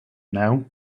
know